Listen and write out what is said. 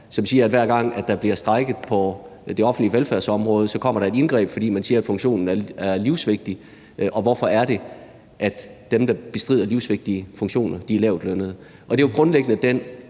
hver gang der bliver strejket på det offentlige velfærdsområde, kommer der et indgreb, fordi man siger, at funktionen er livsvigtig, og hvorfor er det, at dem, der bestrider livsvigtige funktioner, er lavtlønnede?